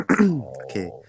Okay